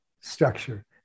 structure